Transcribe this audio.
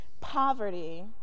poverty